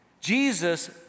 Jesus—